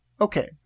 okay